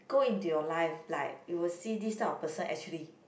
go into your life like you will see this type of person actually